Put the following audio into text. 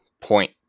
point